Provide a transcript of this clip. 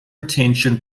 retention